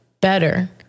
better